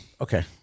Okay